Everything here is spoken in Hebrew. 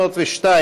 302